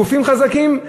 גופים חזקים,